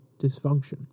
dysfunction